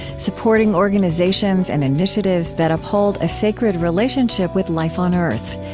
supporting organizations and initiatives that uphold a sacred relationship with life on earth.